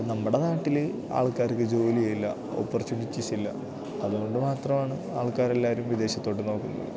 നമ്മടെ നാട്ടില് ആൾക്കാർക്കു ജോലിയില്ല ഓപ്പർച്യൂണിറ്റീസില്ല അതുകൊണ്ടു മാത്രമാണ് ആൾക്കാരെല്ലാരും വിദേശത്തോട്ടു നോക്കുന്നത്